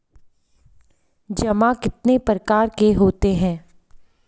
जमा कितने प्रकार के होते हैं?